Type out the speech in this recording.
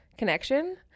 connection